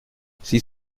six